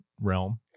realm